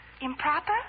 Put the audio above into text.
improper